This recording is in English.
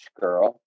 girl